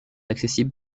accessible